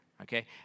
okay